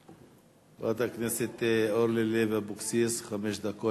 חברת הכנסת אורלי לוי אבקסיס, חמש דקות.